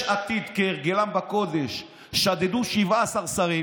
יש עתיד, כהרגלם בקודש, שדדו 17 שרים